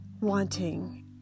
wanting